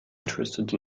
interested